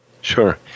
Sure